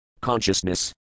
Consciousness